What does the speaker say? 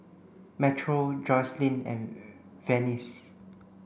Metro Joslyn and Venice